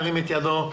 ירים את ידו.